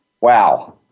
Wow